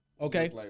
okay